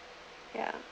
ya